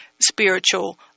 spiritual